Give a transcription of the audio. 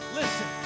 listen